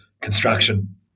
construction